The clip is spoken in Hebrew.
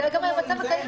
זה גם המצב הקיים.